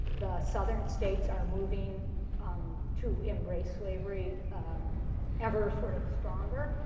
the southern states are moving um to embrace slavery ever sort of stronger.